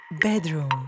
Bedroom